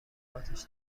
آتش